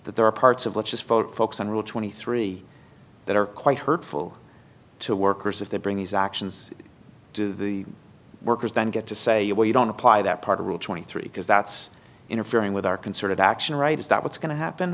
there are parts of let's just focus on rule twenty three that are quite hurtful to workers if they bring these actions do the workers then get to say you well you don't apply that part of rule twenty three because that's interfering with our concerted action right is that what's going to happen